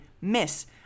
Miss